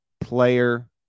player